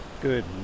Good